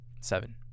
Seven